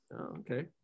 Okay